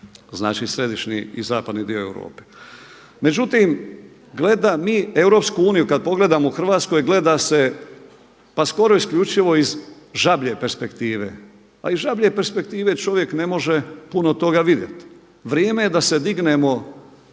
znači središnji i zapadni dio Europe. Međutim, mi Europsku uniju kada pogledamo, u Hrvatskoj gleda se pa skoro isključivo iz žablje perspektive. Pa iz žablje perspektive čovjek ne može puno toga vidjeti. Vrijeme je da se dignemo